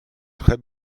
très